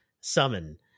summon